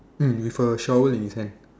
mm with a shovel in his hand